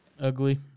Ugly